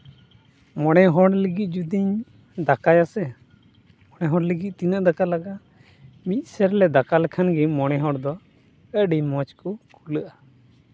ᱢᱚᱬᱮ ᱦᱚᱲ ᱞᱟᱹᱜᱤᱫ ᱡᱩᱫᱤᱧ ᱫᱟᱠᱟᱭᱟᱥᱮ ᱢᱚᱬᱮ ᱦᱚᱲ ᱞᱟᱹᱜᱤᱫ ᱛᱤᱱᱟᱹᱜ ᱫᱟᱠᱟ ᱞᱟᱜᱟᱜᱼᱟ ᱢᱤᱫ ᱥᱮᱨᱞᱮ ᱫᱟᱠᱟ ᱞᱮᱠᱷᱟᱱ ᱢᱚᱬᱮ ᱦᱚᱲ ᱫᱚ ᱟᱹᱰᱤ ᱢᱚᱡᱽ ᱠᱚ ᱠᱩᱞᱟᱹᱜᱼᱟ